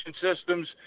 systems